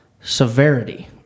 severity